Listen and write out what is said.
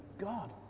god